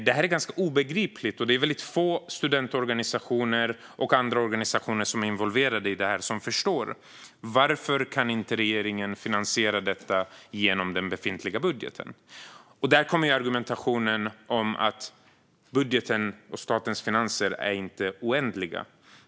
Det här är ganska obegripligt, och det är väldigt få studentorganisationer och andra organisationer som är involverade i det här som förstår varför regeringen inte kan finansiera detta genom den befintliga budgeten. Där kommer argumentationen om att budgeten och statens finanser inte är oändliga.